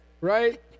right